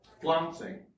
Flouncing